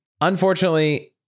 Unfortunately